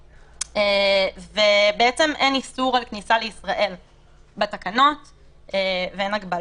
למשל אם אין מקום לבצע את הבדיקה בתחנת הגבול,